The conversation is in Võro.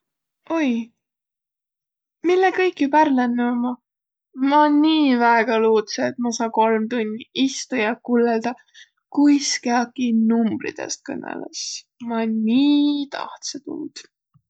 Oi, mille kõik joba ärq lännüq ommaq? Ma nii väega luutsõ, et ma saa kolm tunni istuq ja kullõldaq, kuis kiäkiq numbridõst kõnõlõs. Ma nii tahtsõ tuud.